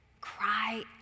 Cry